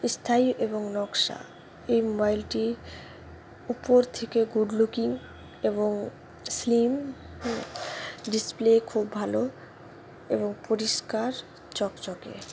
স্থায়ী এবং নকশা এই মোবাইলটি উপর থেকে গুড লুকিং এবং স্লিম ডিসপ্লে খুব ভালো এবং পরিষ্কার চকচকে